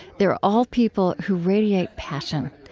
they are all people who radiate passion.